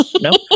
Nope